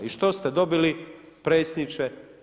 I što ste dobili predsjedniče?